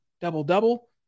double-double